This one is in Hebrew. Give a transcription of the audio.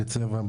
בלי צבע,